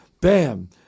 bam